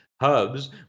hubs